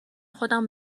خودمو